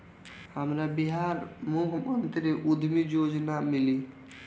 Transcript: हमरा बिहार मुख्यमंत्री उद्यमी योजना मिली?